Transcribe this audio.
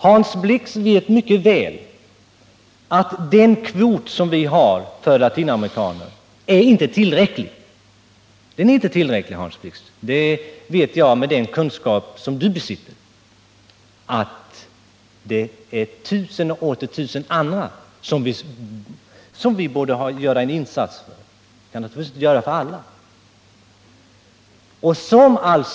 Hans Blix vet mycket väl att den kvot vi har för latinamerikaner inte är tillräcklig. Jag vet att Hans Blix besitter kunskaper om att det är tusen och åter tusen andra som vi borde göra en insats för — låt vara att vi inte kan göra det för alla.